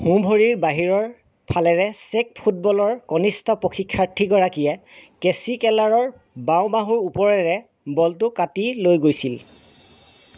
সোঁ ভৰিৰ বাহিৰৰফালেৰে চেক ফুটবলৰ কনিষ্ঠ প্ৰশিক্ষাৰ্থীগৰাকীয়ে কেছী কেলাৰৰ বাওঁ বাহুৰ ওপৰেৰে বলটো কাটি লৈ গৈছিল